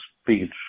speech